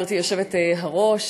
גברתי היושבת-ראש,